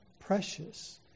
Precious